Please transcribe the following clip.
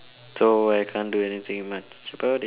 so I can't do anything much about it